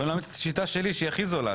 לכן השיטה שלי היא הכי זולה.